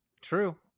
True